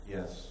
Yes